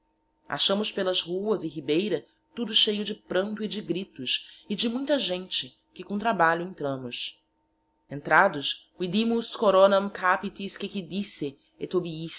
achámos pelas ruas e ribeira tudo cheio de pranto e de gritos e de muita gente que com trabalho entrámos entrados vidimus coronam